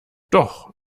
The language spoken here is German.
doch